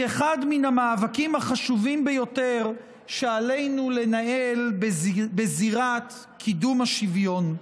היא אחד מהמאבקים החשובים ביותר שעלינו לנהל בזירת קידום השוויון.